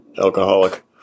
alcoholic